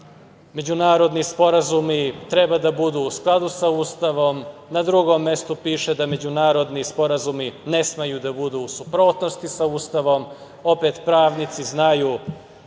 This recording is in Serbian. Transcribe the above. međunarodni sporazumi treba da budu u skladu sa Ustavom, na drugom mestu piše da međunarodni sporazumi ne smeju da budu u suprotnosti sa Ustavom. Opet pravnici znaju,